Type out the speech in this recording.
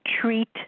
treat